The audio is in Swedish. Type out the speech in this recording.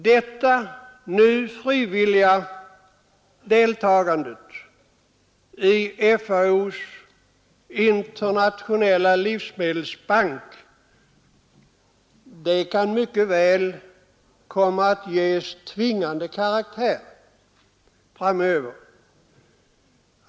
Det nu frivilliga deltagandet i FAO:s internationella livsmedelsbank kan mycket väl komma att ges tvingande karaktär framöver.